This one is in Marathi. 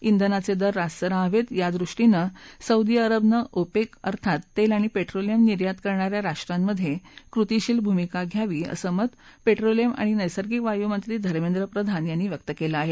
िनाचे दर रास्त रहावेत यादृष्टीनं सौदी अरबनं ओपेक अर्थात तेल आणि पेट्रोलियम निर्यात करणा या राष्ट्रांमधे कृतीशील भूमिका घ्यावी असं मत पेट्रोलियम आणि नैसर्गिकवायू मंत्री धर्मेंद्र प्रधान यांनी व्यक्त केलं आहे